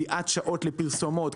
קביעת שעות לפרסומות,